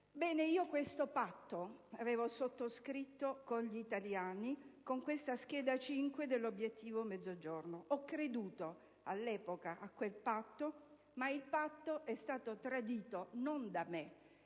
Ebbene, questo patto avevo sottoscritto con gli italiani, con questa scheda n. 5 dell'obiettivo Mezzogiorno. Ho creduto all'epoca a quel patto, ma è stato tradito, non da me: